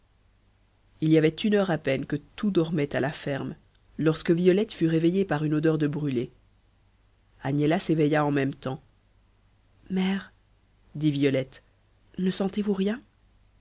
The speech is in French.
il y avait une heure à peine que tout dormait à la ferme lorsque violette fut réveillée par une odeur de brûlé agnella s'éveilla en même temps mère dit violette ne sentez-vous rien